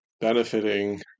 benefiting